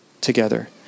together